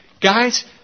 Guys